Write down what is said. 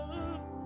love